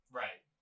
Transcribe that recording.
right